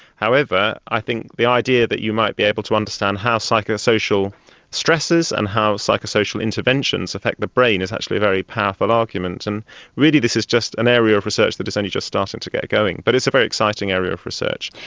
however, i think the idea that you might be able to understand how psychosocial stressors and how psychosocial interventions affect the brain is actually a very powerful argument. and really this is just an area of research that is only just starting to get going, but it's very exciting area of research.